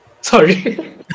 Sorry